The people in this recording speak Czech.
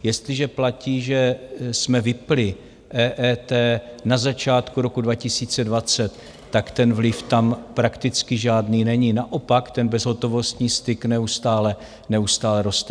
Jestliže platí, že jsme vypnuli EET na začátku roku 2020, tak ten vliv tam prakticky žádný není, naopak ten bezhotovostní styk neustále roste.